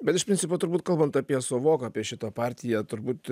bet iš principo turbūt kalbant apie sovok apie šitą partiją turbūt